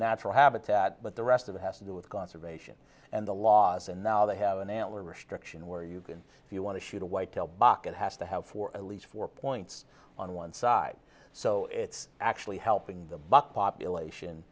natural habitat but the rest of the has to do with conservation and the laws and now they have an antler restriction where you can if you want to shoot a whitetail bucket has to have for at least four points on one side so it's actually helping the buck